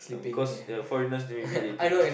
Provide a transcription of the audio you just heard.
cause uh foreigners maybe they think